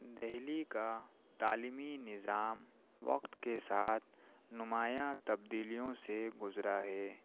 دہلی کا تعلیمی نظام وقت کے ساتھ نمایاں تبدیلیوں سے گزرا ہے